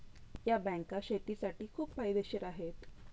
या बँका शेतीसाठी खूप फायदेशीर आहेत